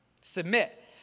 Submit